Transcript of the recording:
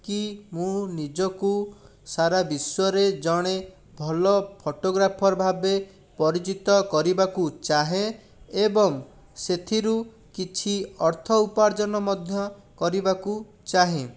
କି ମୁଁ ନିଜକୁ ସାରା ବିଶ୍ୱରେ ଜଣେ ଭଲ ଫଟୋଗ୍ରାଫର ଭାବେ ପରିଚିତ କରିବାକୁ ଚାହେଁ ଏବଂ ସେଥିରୁ କିଛି ଅର୍ଥ ଉର୍ପାଜନ ମଧ୍ୟ କରିବାକୁ ଚାହେଁ